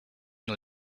nur